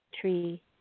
tree